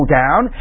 down